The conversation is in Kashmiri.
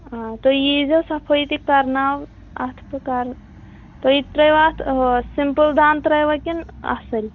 آ تُہۍ یی زیو صفٲیی تہِ کَرناو اَتھ بہٕ کَرٕ تُہۍ ترٛٲیوٕ اَتھ ہُہ سِمپٕل دَند ترٛٲیوا کِنۍ اَصٕل